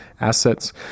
assets